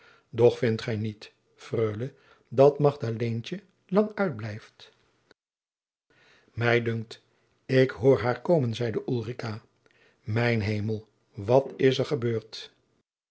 doch vindt gij niet freule dat magdaleentje lang uitblijft mij dunkt ik hoor haar komen zeide ulrica mijn hemel wat is er gebeurd